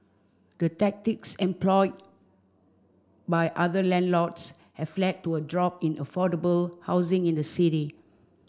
the tactics employed by other landlords have led to a drop in affordable housing in the city